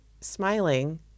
smiling